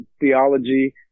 theology